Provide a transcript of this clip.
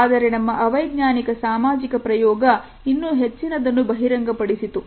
ಆದರೆ ನಮ್ಮ ಅವೈಜ್ಞಾನಿಕ ಸಾಮಾಜಿಕ ಪ್ರಯೋಗ ಇನ್ನೂ ಹೆಚ್ಚಿನದನ್ನು ಬಹಿರಂಗಪಡಿಸಿತು